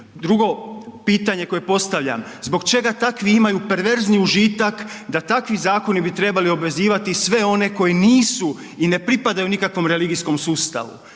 Drugo pitanje koje postavljam, zbog čega takvi imaju perverzni užitak da takvi zakoni bi trebali obvezivati sve one koji nisu i ne pripadaju nikakvom religijskom sustavu.